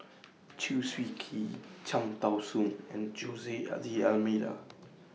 Chew Swee Kee Cham Tao Soon and Jose D'almeida